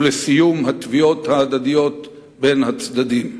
ולסיום התביעות ההדדיות בין הצדדים.